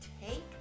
take